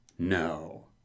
No